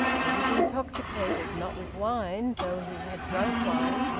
he was intoxicated not with wine, though he had drunk wine.